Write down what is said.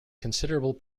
considerable